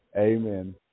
Amen